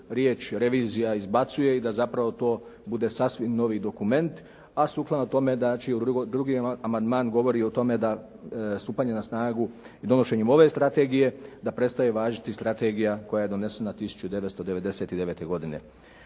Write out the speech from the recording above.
riječ: "Revizija" izbacuje i da to zapravo bude sasvim novi dokument, a sukladno tome da će i drugi amandman govori o tome da stupanje snagu i donošenjem ove strategije, da prestaje važiti strategija koja je donesena 1999. godine.